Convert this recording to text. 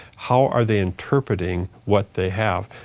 how are they interpreting what they have?